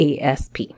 ASP